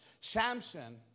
Samson